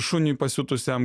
šuniui pasiutusiam